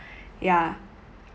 yeah